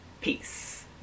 peace